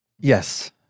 Yes